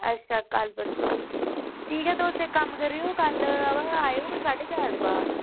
अच्छा कल्ल परसों तोड़ी ठीक ऐ तुस इक कम्म करेओ कल आयो कोई साढ़े चार बजे दे बाद